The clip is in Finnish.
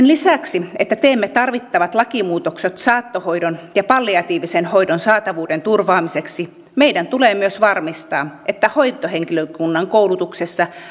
lisäksi että teemme tarvittavat lakimuutokset saattohoidon ja palliatiivisen hoidon saatavuuden turvaamiseksi meidän tulee myös varmistaa että hoitohenkilökunnan koulutuksessa